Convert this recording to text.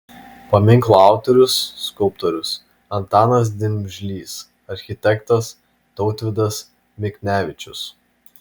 paminklo autorius skulptorius antanas dimžlys architektas tautvydas miknevičius